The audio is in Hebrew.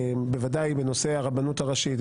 בוודאי בנושא הרבנות הראשית,